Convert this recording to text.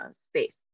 space